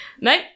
no